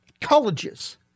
colleges